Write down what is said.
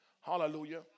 Hallelujah